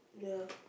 ya